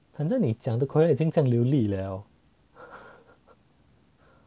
很像你讲的 korean 已经这样流利了